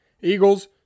Eagles